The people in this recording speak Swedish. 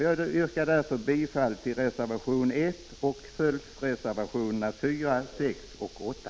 Jag yrkar därför bifall till reservation 1 och till följdreservationerna 4, 6 och 8.